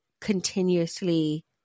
continuously